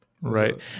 Right